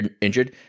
injured